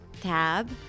tab